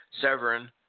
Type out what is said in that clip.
Severin